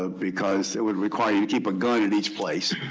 ah because it would require you to keep a gun at each place.